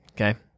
Okay